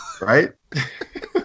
Right